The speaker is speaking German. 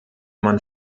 man